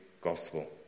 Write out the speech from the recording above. gospel